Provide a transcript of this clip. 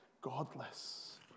godless